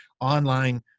online